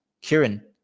Kieran